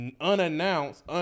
unannounced